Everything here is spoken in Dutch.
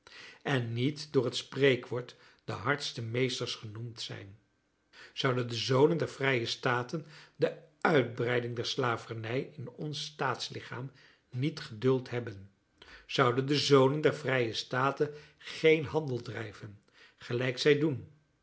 en niet door het spreekwoord de hardste meesters genoemd zijn zouden de zonen der vrije staten de uitbreiding der slavernij in ons staatslichaam niet geduld hebben zouden de zonen der vrije staten geen handel drijven gelijk zij doen